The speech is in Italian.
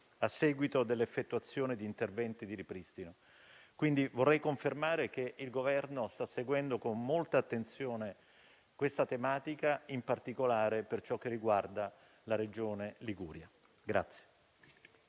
a seguito dell'effettuazione di interventi di ripristino. Quindi vorrei confermare che il Governo sta seguendo con molta attenzione questa tematica, in particolare per ciò che riguarda la Regione Liguria.